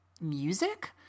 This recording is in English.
music